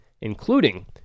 including